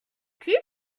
qui